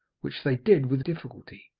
which they did with difficulty,